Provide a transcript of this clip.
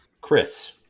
Chris